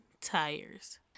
Tires